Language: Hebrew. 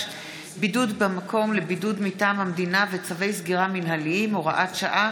(בידוד במקום לבידוד מטעם המדינה וצווי סגירה מינהליים) (הוראת שעה),